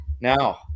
Now